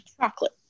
chocolate